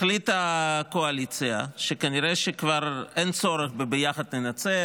החליטה הקואליציה שכנראה שכבר אין צורך ב"ביחד ננצח"